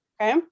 okay